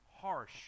harsh